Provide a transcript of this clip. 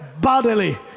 bodily